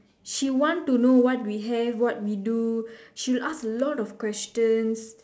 she want to know what we have what to do she'll ask a lot of questions